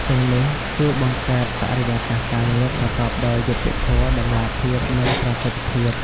ទាំងនេះជួយបង្កើតបរិយាកាសការងារប្រកបដោយយុត្តិធម៌ តម្លាភាព និងប្រសិទ្ធភាព។